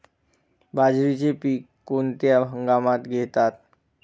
बाजरीचे पीक कोणत्या हंगामात घेतात?